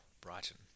Brighton